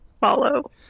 follow